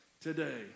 today